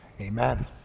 Amen